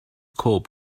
call